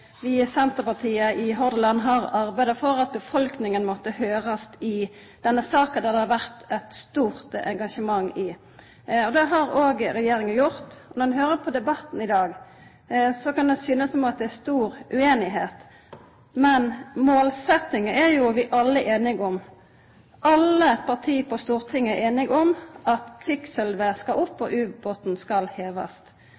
vi i Senterpartiet i Hordaland har arbeidd for at befolkninga måtte høyrast i denne saka. Det har òg regjeringa gjort, men høyrer ein på debatten i dag, kan det synast som om det er stor usemje. Men målsetjinga er vi alle einige om. Alle partia på Stortinget er einige om at kviksølvet skal opp,